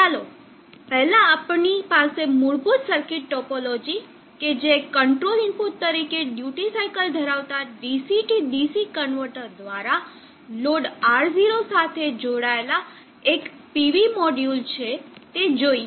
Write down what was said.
ચાલો પહેલા આપની પાસે મૂળભૂત સર્કિટ ટોપોલોજી કે જે કંટ્રોલ ઇનપુટ તરીકે ડ્યુટી સાઇકલ ધરાવતા DC થી DC કન્વર્ટર દ્વારા લોડ R0 સાથે જોડાયેલ એક PV મોડ્યુલ છે તે જોઈએ